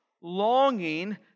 longing